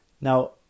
Now